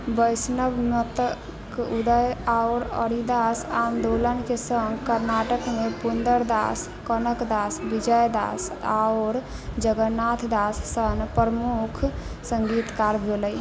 वैष्णव मतक उदय आओर हरिदास आन्दोलनके सङ्ग कर्नाटकमे पुरन्दरदास कनकदास विजयदास आओर जगन्नाथदास सन प्रमुख सङ्गीतकार भेलै